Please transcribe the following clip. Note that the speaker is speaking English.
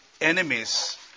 enemies